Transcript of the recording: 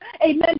Amen